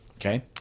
Okay